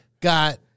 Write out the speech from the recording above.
got